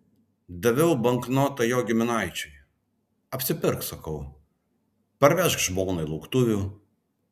daviau banknotą jo giminaičiui apsipirk sakau parvežk žmonai lauktuvių